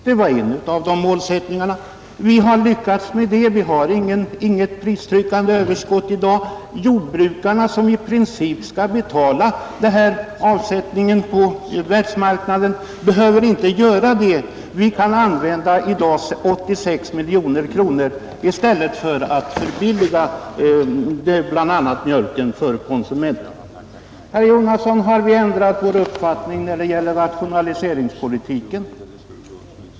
Det var en av målsättningarna då. Vi har lyckats med det. Vi har inget pristryckande överskott i dag. Jordbrukarna som i princip skall betala förlusterna vid avsättningen på världsmarknaden behöver inte tänka på några sådana kostnader. Vi kan i dag i stället använda 86 miljoner kronor till att förbilliga bl.a. mjölken för konsumenterna, Har vi, herr Jonasson, ändrat vår uppfattning när det gäller rationaliseringspolitiken?